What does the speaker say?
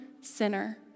sinner